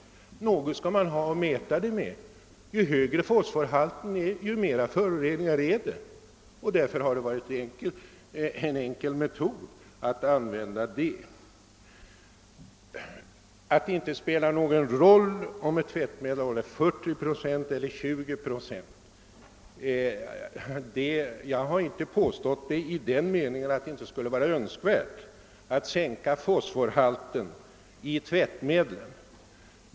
Något skall man ju ha att mäta den med. Ju högre fosforhalten är, desto mera föroreningar finns det. Dessutom har det varit en enkel metod att mäta just fosforhalten. Att det inte spelar någon roll om ett tvättmedel innehåller 40 procent eller 20 procent fosfor har jag inte påstått i den meningen, att det inte skulle vara önskvärt att sänka fosforhalten i tvättmedlen.